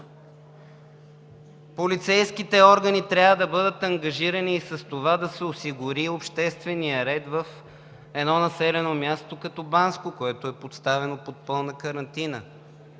Полицейските органи трябва да бъдат ангажирани и с това да се осигури обществения ред в едно населено място като Банско, което е поставено под пълна карантина.